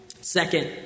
Second